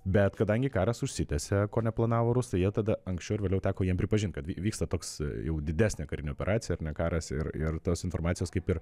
bet kadangi karas užsitęsė ko neplanavo rusai jie tada anksčiau ar vėliau teko jiem pripažint kad vyksta toks jau didesnė karinė operacija ar ne karas ir ir tos informacijos kaip ir